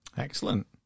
Excellent